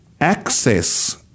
access